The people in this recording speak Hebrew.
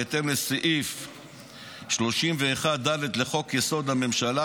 בהתאם לסעיף 31(ד) לחוק-יסוד: הממשלה,